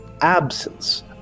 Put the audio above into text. absence